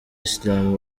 islam